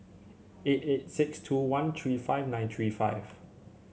eight eight six two one three five nine three five